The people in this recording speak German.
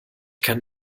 kann